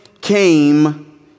came